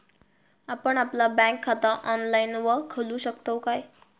आपण आपला बँक खाता ऑनलाइनव खोलू शकतव काय?